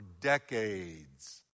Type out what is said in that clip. decades